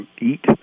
eat